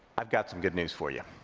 i've got some good news for you.